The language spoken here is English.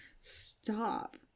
stop